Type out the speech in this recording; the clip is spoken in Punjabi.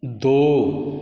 ਦੋ